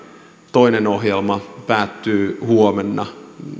toinen ohjelma päättyy huomenna